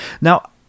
now